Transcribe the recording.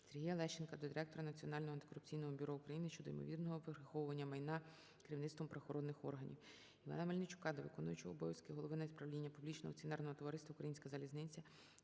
Сергія Лещенка до Директора Національного антикорупційного бюро України щодо ймовірного приховування майна керівництвом правоохоронних органів. Івана Мельничука до виконуючого обов'язки голови правління Публічного акціонерного товариства "Українська залізниця"